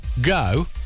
go